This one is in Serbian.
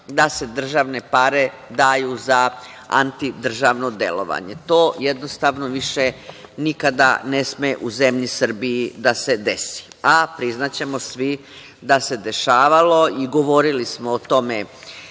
da se državne pare daju za antidržavno delovanje. To jednostavno više nikada ne sme u zemlji Srbiji da se desi, a priznaćemo svi da se dešavalo i govorili smo o tome